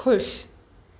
खु़शि